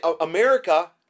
america